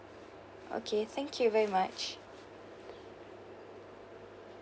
okay thank you very much